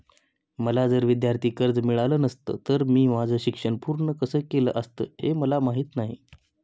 मला जर विद्यार्थी कर्ज मिळालं नसतं तर मी माझं शिक्षण पूर्ण कसं केलं असतं, हे मला माहीत नाही